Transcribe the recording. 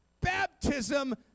baptism